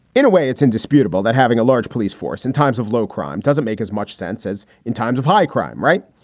in a way, it's indisputable that having a large police force in times of low crime doesn't make as much sense as in times of high crime. right.